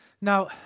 Now